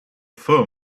fur